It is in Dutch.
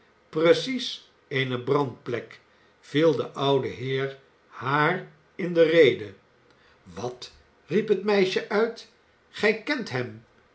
precies eene brandplek viel de oude heer haar in de rede wat riep het meisje uit gij kent hem